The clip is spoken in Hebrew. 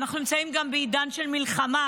אנחנו גם נמצאים בעידן של מלחמה,